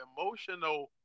emotional